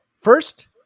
first